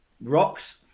rocks